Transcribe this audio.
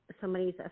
somebody's